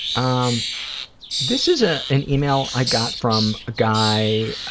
um this is ah an email i got from a guy